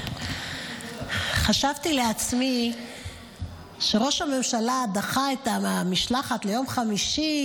חשבתי לעצמי שראש הממשלה דחה את המשלחת ליום חמישי